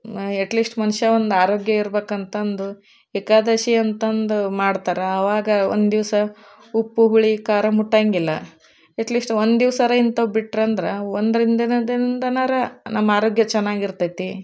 ಎಟ್ least ಮನುಷ್ಯ ಒಂದು ಆರೋಗ್ಯ ಇರ್ಬೇಕು ಅಂತಂದು ಏಕಾದಶಿ ಅಂತಂದು ಮಾಡ್ತಾರೆ ಅವಾಗ ಒಂದು ದಿವಸ ಉಪ್ಪು ಹುಳಿ ಖಾರ ಮುಟ್ಟೋಂಗಿಲ್ಲ ಎಟ್ ಲೀಸ್ಟ್ ಒಂದು ದಿವಸ ಆರೂ ಇಂಥವು ಬಿಟ್ರಂದ್ರೆ ಒಂದ್ರಿಂದ ದಿನದಿಂದನಾರೂ ನಮ್ಮ ಆರೋಗ್ಯ ಚೆನ್ನಾಗಿ ಇರ್ತೈತಿ